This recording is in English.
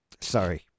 sorry